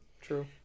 True